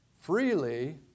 freely